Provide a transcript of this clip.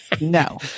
No